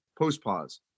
post-pause